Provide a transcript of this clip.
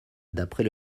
d’après